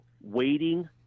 waiting